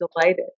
delighted